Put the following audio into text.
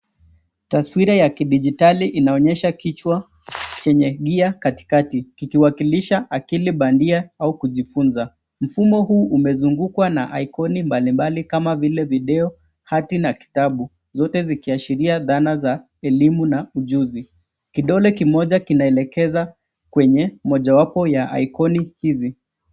Taswira ya kidijitali inaonyesha kichwa chenye gear katikati kikiwakilisha akili bandia au kujifunza. Mfumo huu umezungukwa na icon mbalimbali kama vile video, hati na kitabu, zote zikiashiria dhana za elimu na ujuzi. Kidole kimoja kinaelekeza kwenye mojawapo ya icon hizi.